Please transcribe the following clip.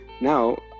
Now